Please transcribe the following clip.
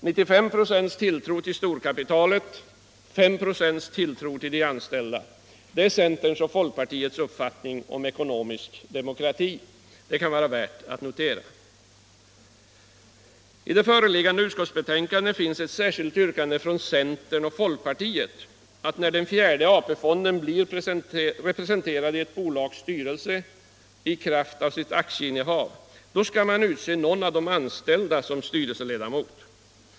95 96 tilltro till storkapitalet och 5 96 tilltro till de anställda, det är centerns och folkpartiets uppfattning om ekonomisk demokrati — det kan vara värt att notera. I det föreliggande utskottsbetänkandet finns ett särskilt yrkande från centern och folkpartiet att när den fjärde AP-fonden blir representerad i ett bolags styrelse i kraft av sitt aktieinnehav, då skall man utse någon av de anställda som styrelseledamot.